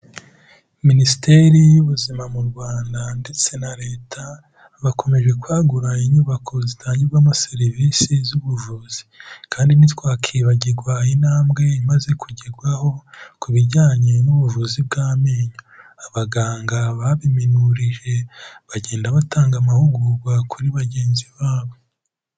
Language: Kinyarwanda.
Minisiteri y'ubuzima mu Rwanda ndetse na leta, bakomeje kwagura inyubako zitangirwamo serivisi z'ubuvuzi. Kandi ntitwakwibagirwa intambwe imaze kugerwaho, ku bijyanye n'ubuvuzi bw'amenyo. Abaganga babiminurije, bagenda batanga amahugurwa, kuri bagenzi babo.